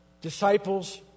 disciples